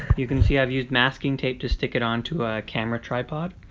you can see i've used masking tape to stick it onto a camera tripod,